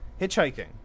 hitchhiking